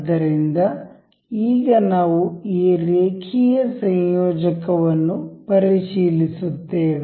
ಆದ್ದರಿಂದ ಈಗ ನಾವು ಈ ರೇಖೀಯ ಸಂಯೋಜಕವನ್ನು ಪರಿಶೀಲಿಸುತ್ತೇವೆ